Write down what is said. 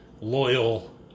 loyal